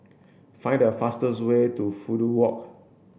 find the fastest way to Fudu Walk